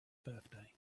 birthday